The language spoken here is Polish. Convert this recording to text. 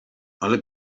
ale